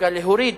דווקא להוריד